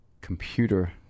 computer